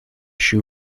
shoe